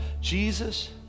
Jesus